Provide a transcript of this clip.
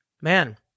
man